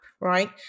right